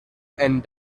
and